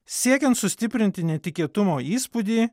siekiant sustiprinti netikėtumo įspūdį